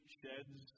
sheds